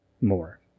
more